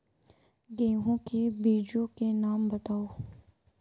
गेहूँ के बीजों के नाम बताओ?